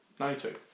92